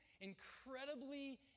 incredibly